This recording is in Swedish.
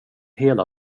hela